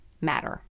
matter